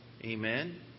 Amen